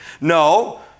No